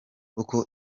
uko